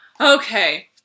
Okay